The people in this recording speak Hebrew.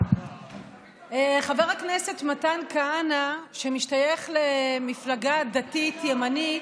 חבר הכנסת מתן כהנא, שמשתייך למפלגה דתית ימנית,